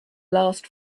last